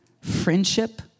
friendship